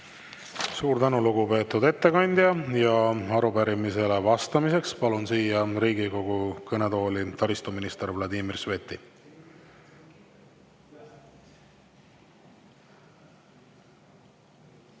Suur tänu, lugupeetud ettekandja! Arupärimisele vastamiseks palun siia Riigikogu kõnetooli taristuminister Vladimir Sveti.